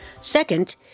Second